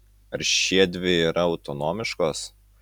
ar šiedvi yra autonomiškos